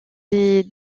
les